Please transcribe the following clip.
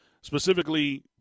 Specifically